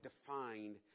defined